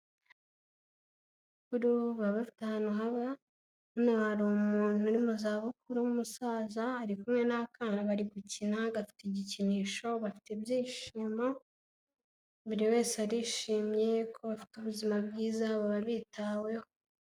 Hano hari umuntu uri mu zabukuru w'umusaza, ari kumwe n'akana bari gukina gafite igikinisho bafite ibyishimo, buri wese arishimye ko bafite ubuzima bwiza baba bitaweho.